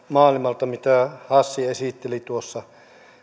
maailmalta mitä hassi esitteli tuossa